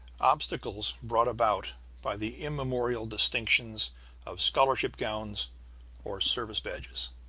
obstacles brought about by the immemorial distinctions of scholarship gowns or service badges.